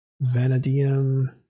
vanadium